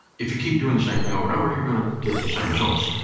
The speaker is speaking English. if you keep doing the same thing over and over, you're gonna get the same results.